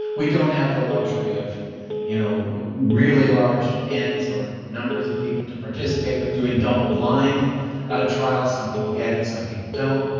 we don't have the luxury of you know really large ends or numbers of people to participate, of doing double blind trials, some people get it, some people don't.